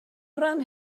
ran